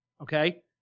okay